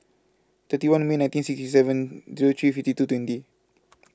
twenty one May nineteen sixty seven Zero three fifty two twenty